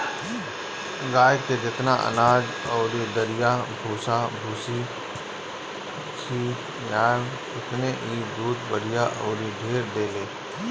गाए के जेतना अनाज अउरी दरिया भूसा भूसी खियाव ओतने इ दूध बढ़िया अउरी ढेर देले